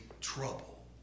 trouble